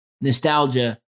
nostalgia